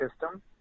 system